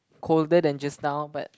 colder than just now but